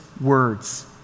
words